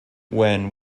when